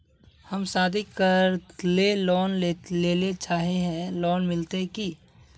हम शादी करले लोन लेले चाहे है लोन मिलते की?